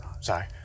sorry